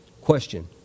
Question